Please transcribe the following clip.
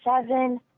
seven